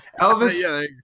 Elvis